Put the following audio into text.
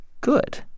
good